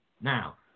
now